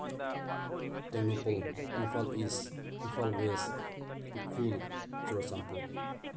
Tengnoupal Imphal east Imphal west Ukhrul Churachandpur